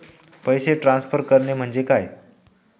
पैसे ट्रान्सफर करणे म्हणजे काय?